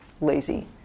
lazy